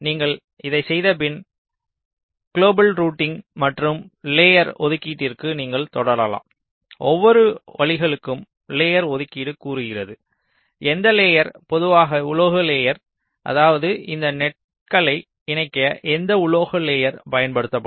நீங்கள் இதைச் செய்தபின் குளோபல் ரூட்டிங் மற்றும் லேயர் ஒதுக்கீட்டிற்கு நீங்கள் தொடரலாம் ஒவ்வொரு வழிகளுக்கும் லேயர் ஒதுக்கீடு கூறுகிறது எந்த லேயர் பொதுவாக உலோக லேயர் அதாவது இந்த நெட்ககளை இணைக்க எந்த உலோக லேயர் பயன்படுத்தப்படும்